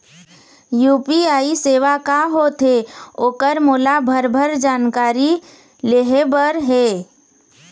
UPI सेवा का होथे ओकर मोला भरभर जानकारी लेहे बर हे?